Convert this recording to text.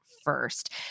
First